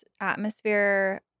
atmosphere